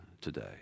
today